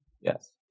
Yes